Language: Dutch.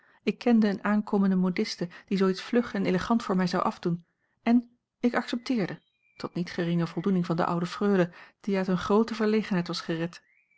ik kende eene aankomende modiste die zoo iets vlug en elegant voor mij zou afdoen en ik accepteerde tot niet geringe voldoening van de oude freule die uit eene groote verlegenheid was gered